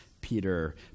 Peter